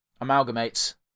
amalgamates